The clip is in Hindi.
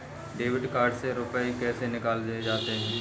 डेबिट कार्ड से रुपये कैसे निकाले जाते हैं?